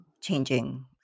changing